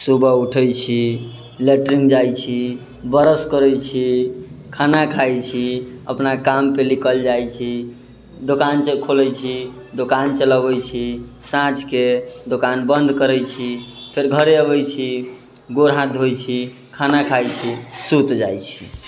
सुबह उठै छी लेट्रिन जाइ छी ब्रश करै छी खाना खाइ छी अपना कामपर निकलि जाइ छी दोकान खोलै छी दोकान चलबै छी साँझके दोकान बन्द करै छी फेर घरे अबै छी गोर हाथ धोइ छी खाना खाइ छी सूति जाइ छी